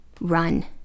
run